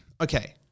okay